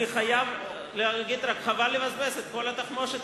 אני רק חייב להגיד שחבל לבזבז את כל התחמושת